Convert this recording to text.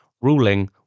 ruling